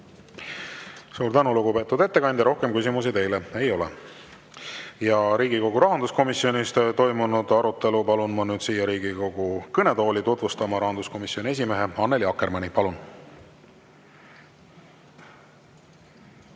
Suur tänu, lugupeetud ettekandja! Rohkem küsimusi teile ei ole. Riigikogu rahanduskomisjonis toimunud arutelu palun ma siia Riigikogu kõnetooli tutvustama rahanduskomisjoni esimehe Annely Akkermanni. Palun!